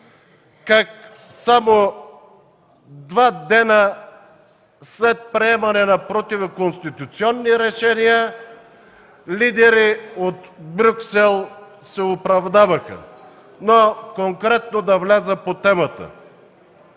как само два дни след приемане на противоконституционни решения лидери от Брюксел се оправдаваха. Но конкретно да вляза по темата.